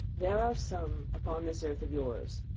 there are some upon this earth of yours,